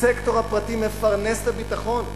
הסקטור הפרטי מפרנס את הביטחון,